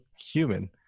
human